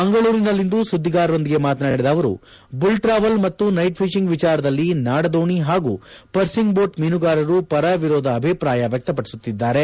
ಮಂಗಳೂರಿನಲ್ಲಿಂದು ಸುದ್ದಿಗಾರರೊಂದಿಗೆ ಮಾತನಾಡಿದ ಅವರು ಬುಲ್ ಟ್ರಾವಲ್ ಮತ್ತು ನೈಟ್ ಫಿಶಿಂಗ್ ವಿಚಾರದಲ್ಲಿ ನಾಡದೋಣಿ ಹಾಗೂ ಪರ್ಸಿನ್ ದೋಟ್ ಮೀನುಗಾರರು ಪರ ವಿರೋಧ ಅಭಿಪ್ರಾಯ ವ್ಯಕ್ತಪಡಿಸಿದ್ದಾರೆ